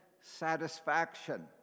satisfaction